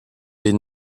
est